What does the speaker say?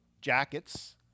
jackets